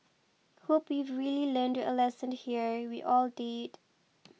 hope you've really learned a lesson here we all did